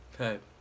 Okay